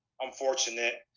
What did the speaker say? unfortunate